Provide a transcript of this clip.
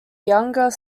younger